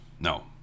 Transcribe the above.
No